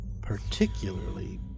particularly